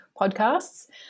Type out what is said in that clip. podcasts